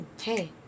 Hey